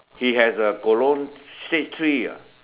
he has a colon stage three ah